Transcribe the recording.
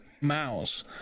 mouse